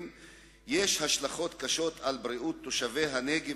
יש השלכות קשות על בריאות תושבי הנגב.